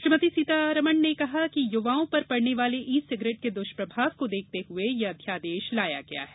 श्रीमती सीतारमण ने कहा कि युवाओं पर पड़ने वाले ई सिगरेट के दुष्प्रभाव को देखते हुए यह अध्यादेश लाया गया है